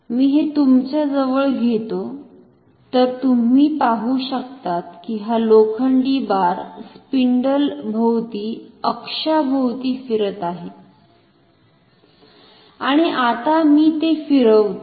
मी हे तुमच्या जवळ घेतो तर तुम्ही पाहू शकतात की हा लोखंडी बार स्पिंडल भोवती अक्षा भोवती फिरत आहे आणि आता मी ते फिरवतो